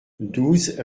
douze